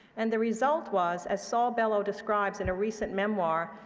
and the result was, as saul bellow describes in a recent memoir,